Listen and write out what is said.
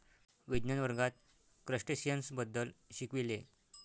विज्ञान वर्गात क्रस्टेशियन्स बद्दल शिकविले